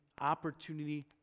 opportunity